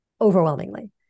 overwhelmingly